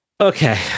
Okay